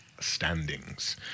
standings